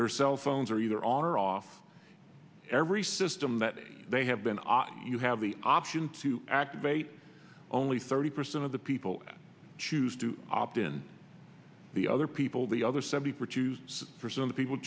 their cell phones are either on or off every system that they have been on you have the option to activate only thirty percent of the people choose to opt in the other people the other seventy produce for some